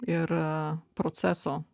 ir proceso